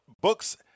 books